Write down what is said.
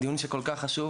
דיון שהוא כל כך חשוב.